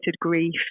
grief